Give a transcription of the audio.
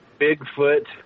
Bigfoot